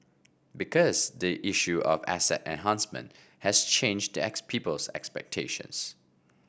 because the issue of asset enhancement has changed the people's expectations